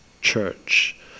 church